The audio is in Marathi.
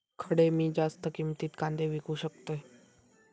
खडे मी जास्त किमतीत कांदे विकू शकतय?